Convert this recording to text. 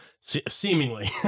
seemingly